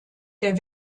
der